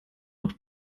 auch